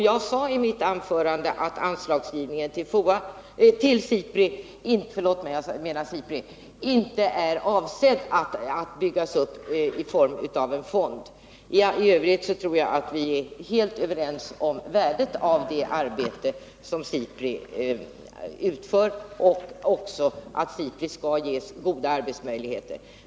Jag sade i mitt anförande att anslagsgivningen till SIPRI inte är avsedd att byggas upp i form av en fond. I övrigt tror jag att vi är helt överens om värdet av det arbete som SIPRI utför och även att SIPRI skall ges goda arbetsmöjligheter.